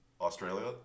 Australia